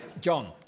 John